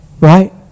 Right